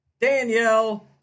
Danielle